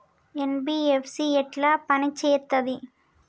NBFC ఎట్ల పని చేత్తది?